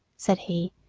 said he,